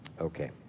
Okay